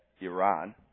Iran